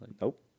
Nope